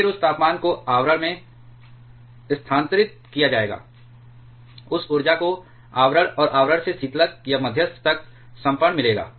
फिर उस तापमान को आवरण में स्थानांतरित किया जाएगा उस ऊर्जा को आवरण और आवरण से शीतलक या मध्यस्थ तक समर्पण मिलेगा